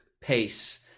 Pace